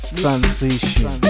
transition